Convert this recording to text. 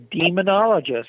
demonologist